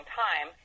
time